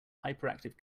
hyperactive